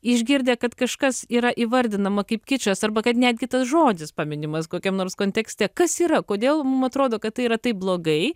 išgirdę kad kažkas yra įvardinama kaip kičas arba kad netgi tas žodis paminimas kokiam nors kontekste kas yra kodėl mum atrodo kad tai yra taip blogai